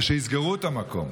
זה שיסגרו את המקום.